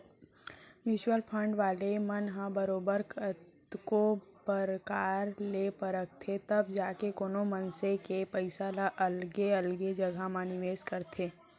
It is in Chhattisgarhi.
म्युचुअल फंड वाले मन ह बरोबर कतको परकार ले परखथें तब जाके कोनो मनसे के पइसा ल अलगे अलगे जघा म निवेस करथे